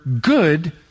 good